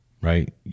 right